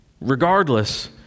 Regardless